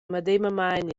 medemamein